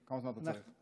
כמה זמן את צריך?